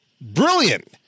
Brilliant